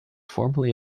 formerly